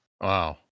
Wow